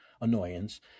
annoyance